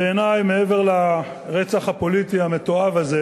בעיני, מעבר לרצח הפוליטי המתועב הזה,